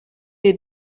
les